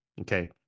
okay